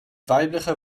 weibliche